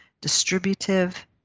Distributive